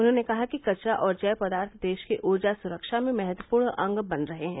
उन्होंने कहा कि कचरा और जैव पदार्थ देश की ऊर्जा सुरक्षा में महत्वपूर्ण अंग बन रहे हैं